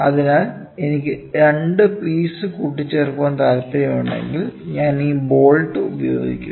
അതിനാൽ എനിക്ക് 2 പീസ് കൂട്ടിച്ചേർക്കാൻ താൽപ്പര്യമുണ്ടെങ്കിൽ ഞാൻ ഈ ബോൾട്ട് ഉപയോഗിക്കും